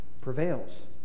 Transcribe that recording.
prevails